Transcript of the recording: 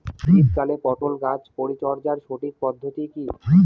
শীতকালে পটল গাছ পরিচর্যার সঠিক পদ্ধতি কী?